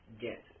get